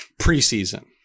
preseason